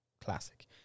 classic